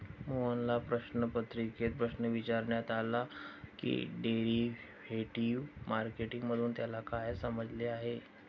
मोहनला प्रश्नपत्रिकेत प्रश्न विचारण्यात आला की डेरिव्हेटिव्ह मार्केट मधून त्याला काय समजले आहे?